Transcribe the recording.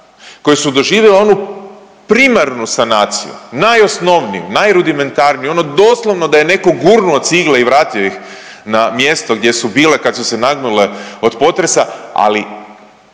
koje su doživjele onu primarnu sanaciju, najosnovniju, najrudimentarniju, onu doslovno da je neko gurnuo cigle i vratio ih na mjesto gdje su bile kad su se nagnule od potresa ali